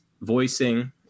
voicing